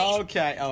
okay